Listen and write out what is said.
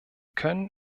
können